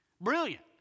Brilliant